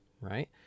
right